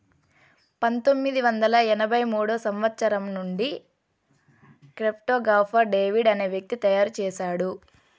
పంతొమ్మిది వందల ఎనభై మూడో సంవచ్చరం నుండి క్రిప్టో గాఫర్ డేవిడ్ అనే వ్యక్తి తయారు చేసాడు